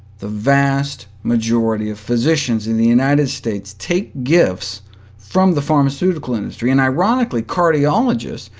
the vast majority of physicians in the united states take gifts from the pharmaceutical industry, and ironically cardiologists,